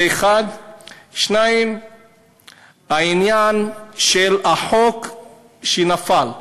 זה, 1. 2. העניין של החוק שנפל.